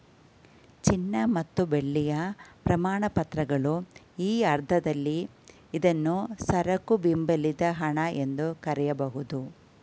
ಚಿನ್ನ ಮತ್ತು ಬೆಳ್ಳಿಯ ಪ್ರಮಾಣಪತ್ರಗಳು ಈ ಅರ್ಥದಲ್ಲಿ ಇದ್ನಾ ಸರಕು ಬೆಂಬಲಿತ ಹಣ ಎಂದು ಕರೆಯಬಹುದು